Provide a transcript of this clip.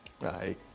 Right